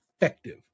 effective